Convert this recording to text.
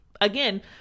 again